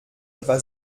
etwa